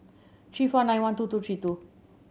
three four nine one two two three two